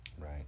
Right